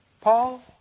Paul